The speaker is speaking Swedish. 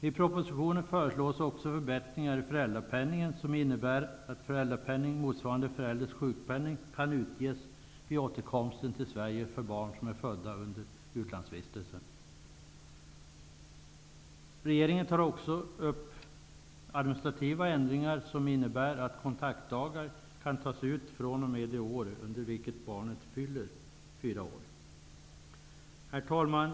I propositionen föreslås också förbättringar i föräldrapenningen som innebär att föräldrapenning motsvarande förälderns sjukpenning kan utges vid återkomsten till Sverige för barn som är födda under utlandsvistelsen. Regeringen tar även upp administrativa ändringar som innebär att kontaktdagar kan tas ut från och med det år under vilket barnet fyller fyra år. Herr talman!